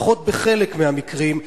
לפחות בחלק מהמקרים,